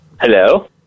Hello